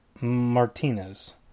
Martinez